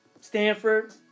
Stanford